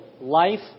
Life